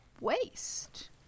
waste